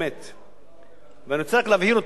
ואני רוצה רק להבהיר אותה, חבר הכנסת יצחק כהן,